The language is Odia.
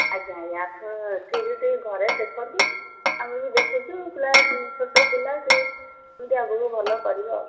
ଆଜ୍ଞା ଆଜ୍ଞା ଆକୁ ଠିକ୍ରେ ଟିକେ ଘରେ ଦେଖନ୍ତୁ ଆମେ ବି ଦେଖୁଛୁ ପିଲା ଛୋଟ ପିଲା ସେ କେମିତି ଆଗକୁ ଭଲ କରିବ ଆଉ